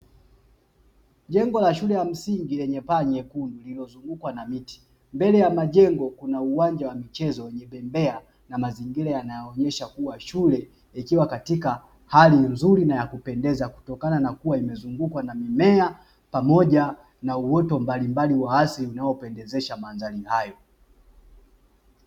Jengo la shule ya msingi yenye paa nyekundu lililozungukwa na miti. Mbele ya majengo kuna uwanja wa michezo wenye bembea na mazingira yanayoonyesha kuwa shule ikiwa katika hali nzuri na ya kupendeza; kutokana na kuwa imezungukwa na mimea, pamoja na uoto mbalimbali wa asili unaopendezesha mandhari hayo.